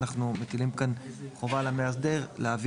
אנחנו מטילים כאן חובה על המאסדר להביא